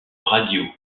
radio